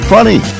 Funny